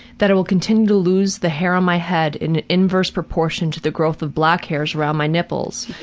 that i will continue to lose the hair on my head, in an inverse proportion to the growth of black hairs around my nipples.